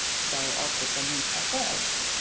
so i'll click on new south wales.